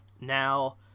Now